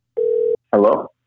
Hello